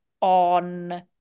on